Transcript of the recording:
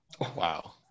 Wow